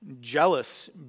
Jealous